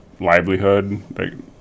livelihood